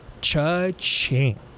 Cha-ching